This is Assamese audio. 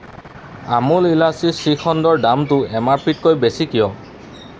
আমুল ইলাচি শ্ৰীখণ্ডৰ দামটো এম আৰ পি তকৈ বেছি কিয়